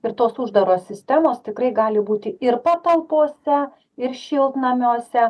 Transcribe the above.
ir tos uždaros sistemos tikrai gali būti ir patalpose ir šiltnamiuose